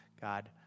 God